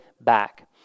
back